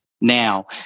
now